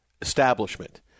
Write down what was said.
establishment